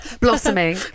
Blossoming